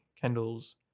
Kendall's